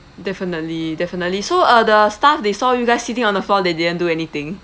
definitely definitely so uh the staff they saw you guys sitting on the floor they didn't do anything